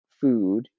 food